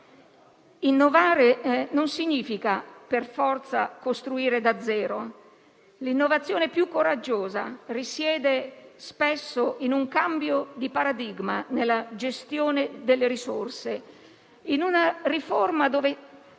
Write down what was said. Innovare non significa per forza costruire da zero. L'innovazione più coraggiosa risiede spesso in un cambio di paradigma nella gestione delle risorse, in una riforma che